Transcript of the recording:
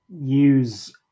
use